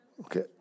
Okay